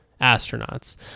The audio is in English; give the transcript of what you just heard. astronauts